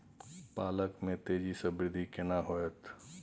पालक में तेजी स वृद्धि केना होयत?